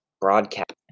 broadcast